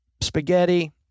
Spaghetti